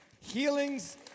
healings